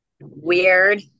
Weird